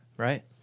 Right